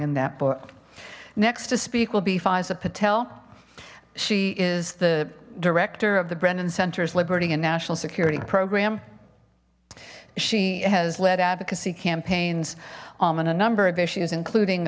in that book next to speak will be fisa patel she is the director of the brennan center is liberating and national security program she has led advocacy campaigns on a number of issues including